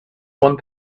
want